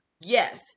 Yes